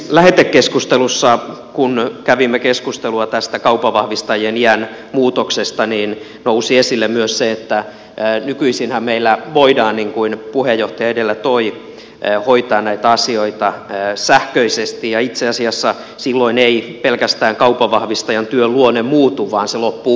lähetekeskustelussa kun kävimme keskustelua tästä kaupanvahvistajien iän muutoksesta nousi esille myös se että nykyisinhän meillä voidaan niin kuin puheenjohtaja edellä toi esiin hoitaa näitä asioita sähköisesti ja itse asiassa silloin ei pelkästään kaupanvahvistajan työn luonne muutu vaan se loppuu kokonaan